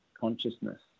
consciousness